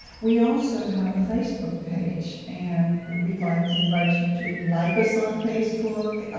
we also have a facebook page. and, we'd like to invite you to like us on facebook.